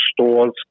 stores